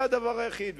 זה הדבר היחיד.